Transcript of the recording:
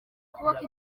ukuboko